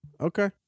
Okay